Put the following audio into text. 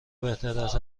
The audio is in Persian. بهتراست